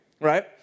right